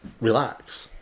relax